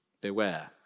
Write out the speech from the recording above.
Beware